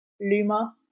luma